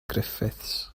griffiths